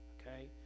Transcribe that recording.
Okay